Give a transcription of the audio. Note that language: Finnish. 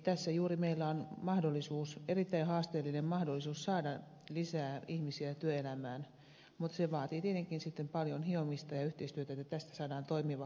tässä juuri meillä on mahdollisuus erittäin haasteellinen mahdollisuus saada lisää ihmisiä työelämään mutta se vaatii tietenkin sitten paljon hiomista ja yhteistyötä että tästä saadaan toimiva kokonaisuus